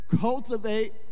Cultivate